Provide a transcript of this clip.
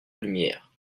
lumière